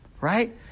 right